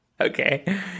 Okay